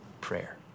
prayer